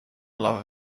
love